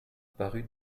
paru